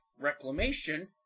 Reclamation